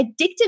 Addictive